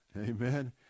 Amen